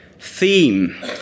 theme